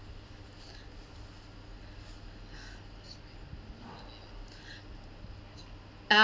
uh~